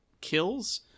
kills